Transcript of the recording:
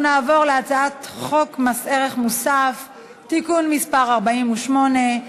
אנחנו נעבור להצעת חוק מס ערך מוסף (תיקון מס' 48),